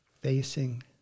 facing